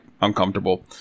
uncomfortable